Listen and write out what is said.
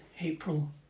April